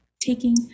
taking